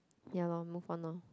ya loh move on loh